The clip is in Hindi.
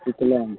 शीतला में